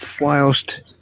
whilst